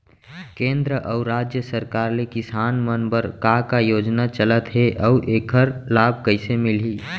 केंद्र अऊ राज्य सरकार ले किसान मन बर का का योजना चलत हे अऊ एखर लाभ कइसे मिलही?